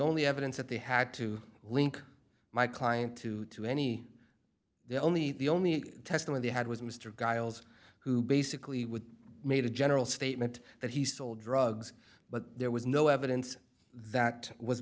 only evidence that they had to link my client to to any the only the only testing they had was mr geils who basically with made a general statement that he sold drugs but there was no evidence that was